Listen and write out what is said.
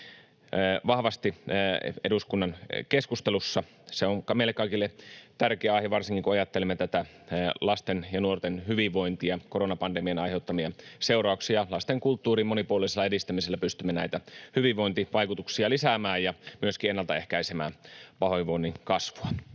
vahvasti eduskunnan keskustelussa. Se on meille kaikille tärkeä aihe varsinkin, kun ajattelemme tätä lasten ja nuorten hyvinvointia, koronapandemian aiheuttamia seurauksia. Lastenkulttuurin monipuolisella edistämisellä pystymme näitä hyvinvointivaikutuksia lisäämään ja myöskin ennaltaehkäisemään pahoinvoinnin kasvua.